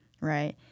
right